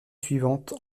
suivante